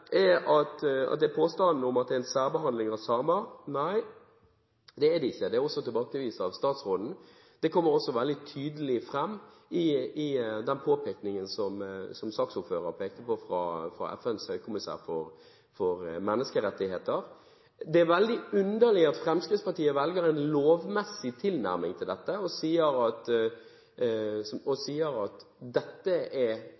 om at det er en særbehandling av samer. Nei, det er det ikke. Det er også tilbakevist av statsråden. Det kommer også veldig tydelig fram i den påpekningen som saksordføreren nevnte, fra FNs høykommissær for menneskerettigheter. Det er veldig underlig at Fremskrittspartiet velger en lovmessig tilnærming til dette og sier at de reglene vi har i Norge, er